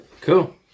cool